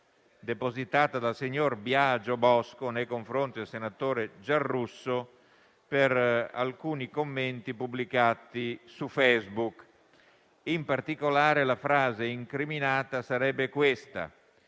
depositata dal signor Biagio Bosco nei confronti del senatore Giarrusso per alcuni commenti pubblicati su Facebook. In particolare, la frase incriminata sarebbe la